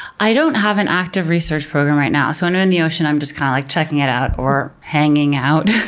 i don't have an active research program right now, so when i'm ah in the ocean i'm just kind of like, checking it out, or hanging out,